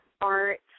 art